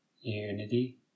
Unity